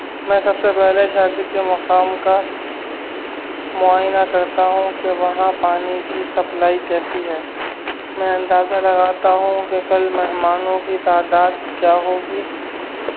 میں سب سے پہلے شادی کے مقام کا معائنہ کرتا ہوں کہ وہاں پانی کی سپلائی کیسی ہے میں اندازہ لگاتا ہوں کہ کل مہمانوں کی تعداد کیا ہوگی